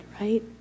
right